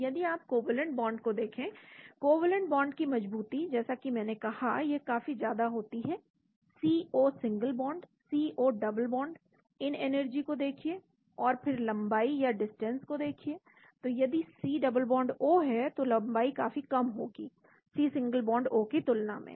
तो यदि आप कोवैलेंट बांड को देखें कोवैलेंट बॉन्ड की मजबूती जैसा कि मैंने कहा यह काफी ज्यादा होती है C O single bond C O double bond इन एनर्जी को देखिए और फिर लंबाई या डिस्टेंस को देखिए तो यदि C डबल बॉन्ड O है तो लंबाई काफी कम होगी C सिंगल बॉन्ड O की तुलना में